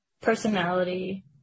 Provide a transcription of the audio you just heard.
personality